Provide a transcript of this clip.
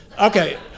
Okay